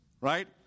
Right